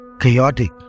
chaotic